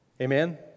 Amen